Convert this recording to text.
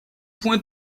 point